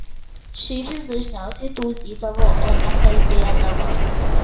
šiaip jis dažniausiai tauzydavo o ne kalbėdavo